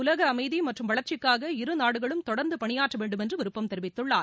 உலக அமைதி மற்றும் வளர்ச்சிக்காக இரு நாடுகளும் தொடர்ந்து பணியாற்ற வேண்டும் என்று விருப்பம் தெரிவித்துள்ளார்